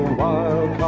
wild